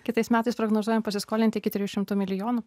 kitais metais prognozuojam pasiskolint iki trijų šimtų milijonų